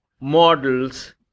models